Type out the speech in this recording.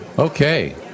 Okay